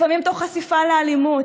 לפעמים תוך חשיפה לאלימות,